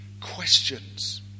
questions